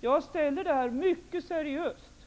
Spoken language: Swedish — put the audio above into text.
Jag ställer den frågan mycket seriöst,